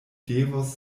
devos